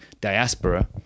diaspora